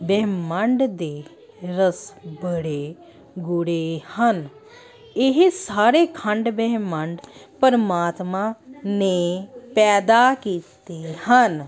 ਬ੍ਰਹਿਮੰਡ ਦੇ ਰਹੱਸ ਬੜੇ ਗੂੜੇ ਹਨ ਇਹ ਸਾਰੇ ਖੰਡ ਬ੍ਰਹਿਮੰਡ ਪਰਮਾਤਮਾ ਨੇ ਪੈਦਾ ਕੀਤੇ ਹਨ